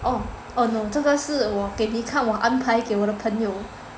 oh oh no 这个是我给你看我安排给我的朋友